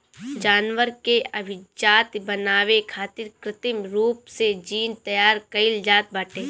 जानवर के अभिजाति बनावे खातिर कृत्रिम रूप से जीन तैयार कईल जात बाटे